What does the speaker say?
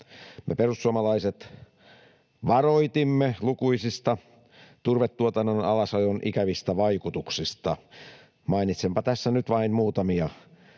Me perussuomalaiset varoitimme lukuisista turvetuotannon alasajon ikävistä vaikutuksista. Mainitsenpa tässä nyt vain muutamia: